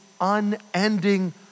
unending